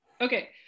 Okay